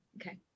Okay